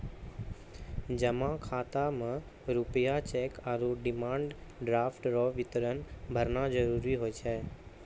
जमा खाता मे रूपया चैक आरू डिमांड ड्राफ्ट रो विवरण भरना जरूरी हुए छै